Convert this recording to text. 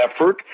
effort